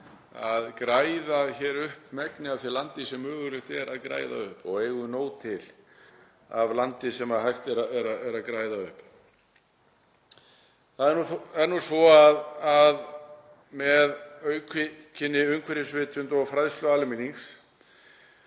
að græða upp megnið af því landi sem öruggt er að græða upp og eigum við nóg til af landi sem hægt er að græða upp. Það er nú svo að með aukinni umhverfisvitund og fræðslu almennings